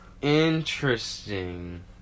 interesting